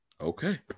Okay